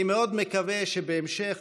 אני מקווה מאוד שבהמשך,